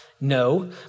No